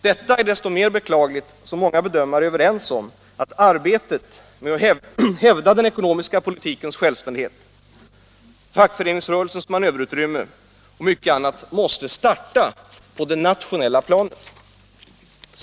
Detta är desto mer beklagligt som många bedömare är överens om att arbetet med att hävda den ekonomiska politikens självständighet, fackföreningsrörelsens manöverutrymme och mycket annat måste starta på det nationella planet.